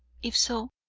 if so,